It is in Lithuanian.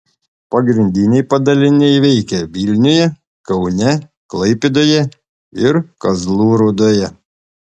pagrindiniai padaliniai veikia vilniuje kaune klaipėdoje ir kazlų rūdoje